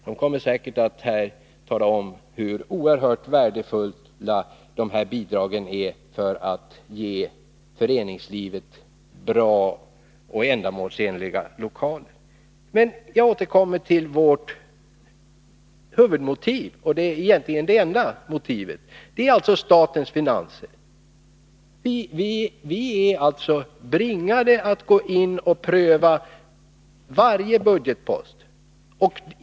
De kommer säkert att här tala om hur oerhört värdefulla dessa bidrag är för att vi skall kunna ge föreningslivet bra och ändamålsenliga lokaler. Men jag återkommer till vårt huvudmotiv, egentligen det enda motivet: statens finanser. Vi är tvungna att gå in och pröva varje budgetpost.